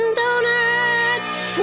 donuts